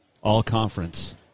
all-conference